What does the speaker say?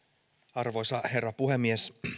arvoisa herra puhemies